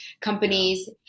companies